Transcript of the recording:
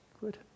good